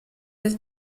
del